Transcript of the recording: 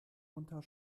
unter